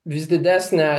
vis didesnė